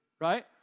right